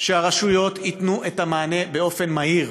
שהרשויות ייתנו את המענה באופן מהיר,